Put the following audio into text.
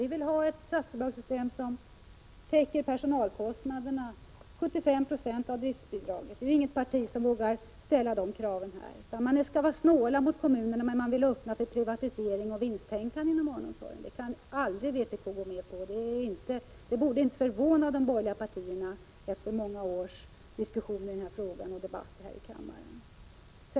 Vi vill ha ett statsbidragssystem som täcker personalkostnaderna och 75 Je av driftkostnaderna. Inget annat parti vågar ställa så höga krav. De andra partierna är snåla mot kommunerna men vill uppmuntra till privatisering och vinsttänkande inom barnomsorgen. Det kan vpk aldrig gå med på. Prot. 1986/87:135 Det borde inte förvåna de borgerliga partierna efter många års diskussioner i den här frågan och debatter i kammaren.